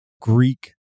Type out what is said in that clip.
Greek